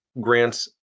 grants